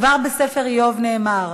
כבר בספר איוב נאמר: